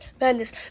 Madness